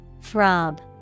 Throb